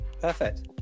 Perfect